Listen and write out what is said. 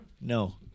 No